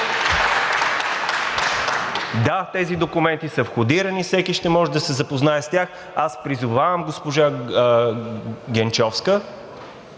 Да, тези документи са входирани, всеки ще може да се запознае с тях. Аз призовавам госпожа Генчовска,